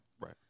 Right